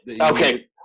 okay